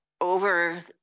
over